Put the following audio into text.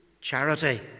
charity